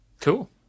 Cool